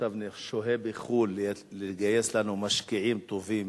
שעכשיו שוהה בחוץ-לארץ כדי לגייס לנו משקיעים טובים